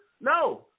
No